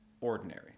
ordinary